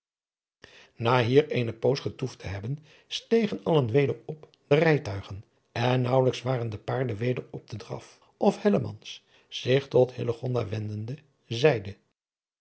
na hier eene poos getoefd te hebben stegen allen weder op de rijtuigen en naauwelijks waren de paarden weder op den draf of hellemans zich tot hillegonda wendende zeide